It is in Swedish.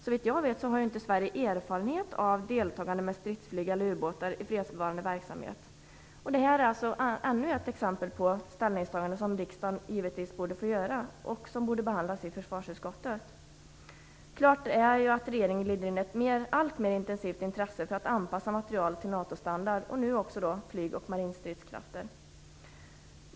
Såvitt jag vet har inte Sverige erfarenhet av deltagande med stridsflyg eller ubåtar i fredsbevarande verksamhet. Det här är alltså ännu ett exempel på ställningstagande som riksdagen givetvis borde få göra och som borde behandlas i försvarsutskottet. Klart är att regeringen glider in i ett alltmer intensivt intresse för att anpassa material till NATO-standard, nu också flyg och marinstridskrafter.